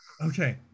Okay